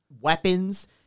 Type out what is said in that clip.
weapons –